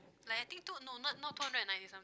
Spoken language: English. like I think two no not not two hundred and ninety some